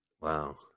Wow